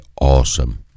awesome